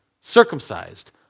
circumcised